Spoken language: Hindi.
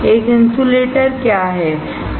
एक इन्सुलेटर क्या है